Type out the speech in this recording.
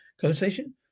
Conversation